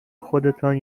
خودتان